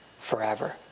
forever